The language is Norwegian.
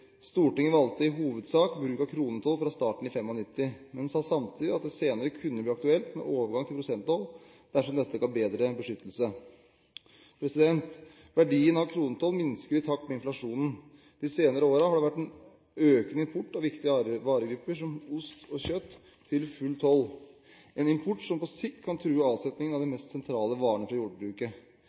Stortinget valgte i hovedsak bruk av kronetoll fra starten i 1995, men sa samtidig at det senere kunne bli aktuelt med overgang til prosenttoll dersom dette ga bedre beskyttelse. Verdien av kronetoll minsker i takt med inflasjonen. De senere årene har det vært en økende import av viktige varegrupper som ost og kjøtt til full toll, en import som på sikt kan true avsetningen av de mest sentrale varene fra jordbruket.